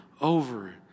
over